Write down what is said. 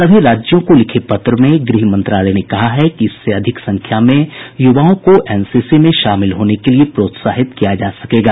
सभी राज्यों को लिखे पत्र में गृह मंत्रालय ने कहा है कि इससे अधिक संख्या में युवाओं को एनसीसी में शामिल होने के लिए प्रोत्साहित किया जा सकेगा